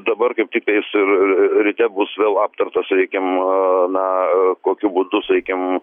dabar kaip tiktais ryte bus vėl aptartos reikiamą na kokių būdu sakykim